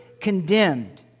condemned